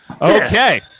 Okay